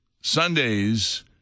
Sunday's